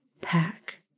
Pack